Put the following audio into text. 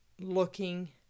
looking